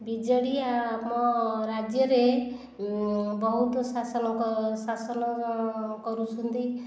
BJD ଆମ ରାଜ୍ୟରେ ବହୁତ ଶାସନ ଶାସନ କରୁଛନ୍ତି